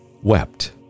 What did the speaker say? Wept